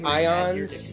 ions